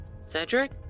Cedric